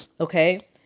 okay